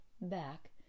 back